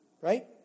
Right